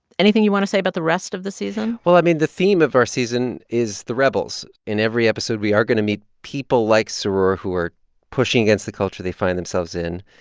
anything you want to say about the rest of the season? well, i mean, the theme of our season is the rebels. in every episode, we are going to meet people like sorur who are pushing against the culture they find themselves in,